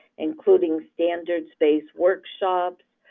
including standards-based workshops,